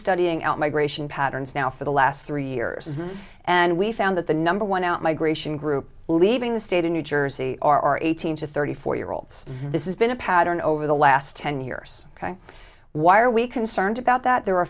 studying out migration patterns now for the last three years and we found that the number one out migration group leaving the state in new jersey are eighteen to thirty four year olds this is been a pattern over the last ten years why are we concerned about that there